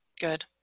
good